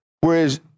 whereas